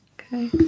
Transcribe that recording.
Okay